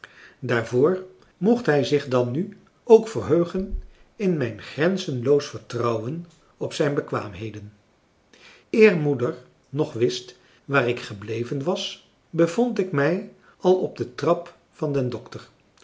daarvoor mocht hij zich dan nu ook verheugen in mijn grenzenloos vertrouwen op zijn bekwaamheden eer moeder nog wist waar ik gebleven was bevond ik mij al op de trap van den dokter